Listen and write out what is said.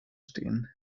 stehen